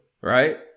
right